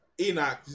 Enoch